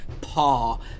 paw